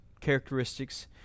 characteristics